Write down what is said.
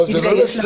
זה לא לסייע.